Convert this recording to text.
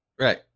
right